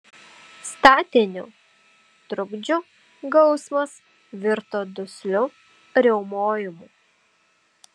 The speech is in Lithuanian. statinių trukdžių gausmas virto dusliu riaumojimu